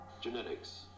Genetics